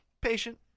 Patient